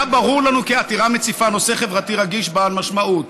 היה ברור לנו שהעתירה מציפה נושא חברתי רגיש בעל משמעות,